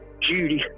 Judy